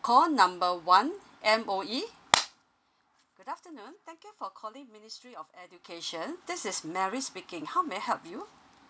call number one M_O_E good afternoon thank you for calling ministry of education this is mary speaking how may I help you